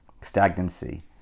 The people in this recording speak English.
stagnancy